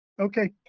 Okay